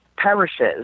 perishes